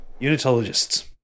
Unitologists